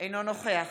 אינו נוכח